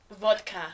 vodka